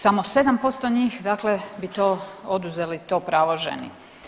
Samo 7% njih dakle bi to oduzeli to pravo ženi.